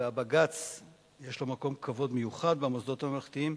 והבג"ץ יש לו מקום כבוד מיוחד במוסדות הממלכתיים,